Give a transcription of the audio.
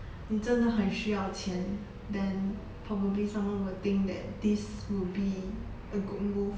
你真的很需要钱 then probably someone would think that this will be a good move